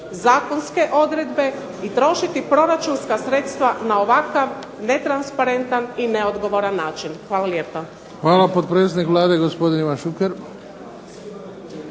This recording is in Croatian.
zakonske odredbe i trošiti proračunska sredstva na ovakav netransparentan i neodgovoran način. Hvala lijepa. **Bebić, Luka (HDZ)** Hvala. Potpredsjednik Vlade gospodin Ivan Šuker.